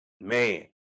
man